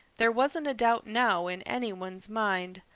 there wasn't a doubt now in any one's mind.